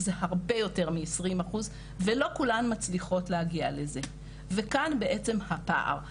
זה הרבה יותר מ-20 אחוז ולא כולן מצליחות להגיע לזה וכאן בעצם הפער.